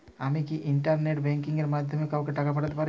আমি কি internet banking এর মাধ্যমে কাওকে টাকা পাঠাতে পারি?